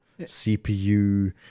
CPU